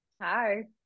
Hi